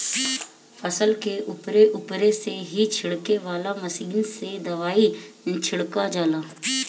फसल के उपरे उपरे से ही छिड़के वाला मशीन से दवाई छिड़का जाला